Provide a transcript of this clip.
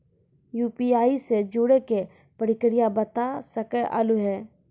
UPI से जुड़े के प्रक्रिया बता सके आलू है?